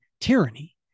tyranny